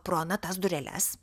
pro ana tas dureles